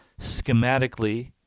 schematically